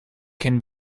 can